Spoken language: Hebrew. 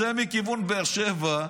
צא מכיוון באר שבע,